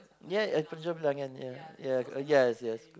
ya penjodoh bilangan ya ya uh yes yes